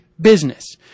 business